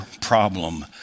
problem